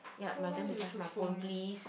yup my turn to charge my phone please